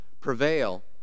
prevail